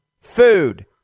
food